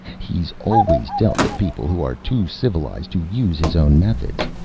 he's always dealt with people who are too civilized to use his own methods.